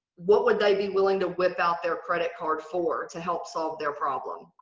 what would they be willing to whip out their credit card for to help solve their problem?